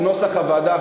כנוסח הוועדה,